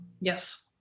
yes